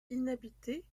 inhabitée